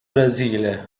brasile